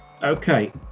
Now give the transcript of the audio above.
Okay